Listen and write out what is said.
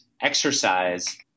exercise